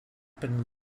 been